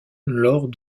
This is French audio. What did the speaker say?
lors